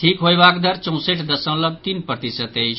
ठीक होयबाक दर चौसठि दशमलव तीन प्रतिशत अछि